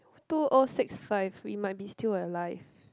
two O six five we might be still alive